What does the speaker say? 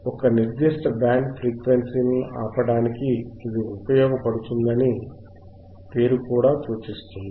ఒక నిర్దిష్ట బ్యాండ్ ఫ్రీక్వెన్సీలను ఆపడానికి ఇది ఉపయోగించబడుతుందని పేరు కూడా సూచిస్తుంది